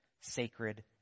sacred